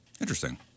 Interesting